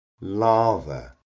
lava